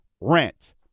rent